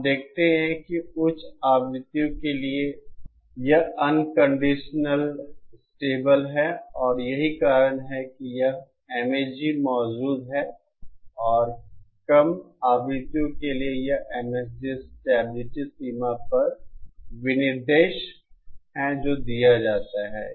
हम देखते हैं कि उच्च आवृत्तियों के लिए यह अनकंडीशनल स्टेबल है और यही कारण है कि यह MAG मौजूद है और कम आवृत्तियों के लिए यह MSG स्टेबिलिटी सीमा पर विनिर्देश है जो दिया जाता है